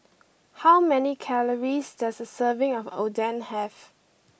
how many calories does a serving of Oden have